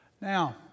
Now